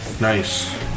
Nice